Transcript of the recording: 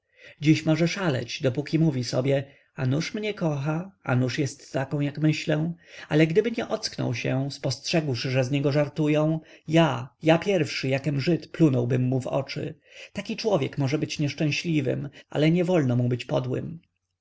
dziś może szaleć dopóki mówi sobie a nuż mnie kocha a nuż jest taką jak myślę ale gdyby nie ocknął się spostrzegłszy że z niego żartują ja ja pierwszy jakem żyd plunąłbym mu w oczy taki człowiek może być nieszczęśliwym ale niewolno mu być podłym